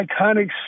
iconic